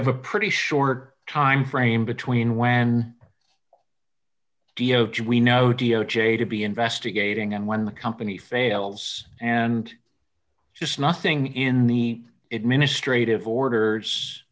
have a pretty short timeframe between when we know d o j to be investigating and when the company fails and just nothing in the administrative order